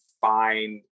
find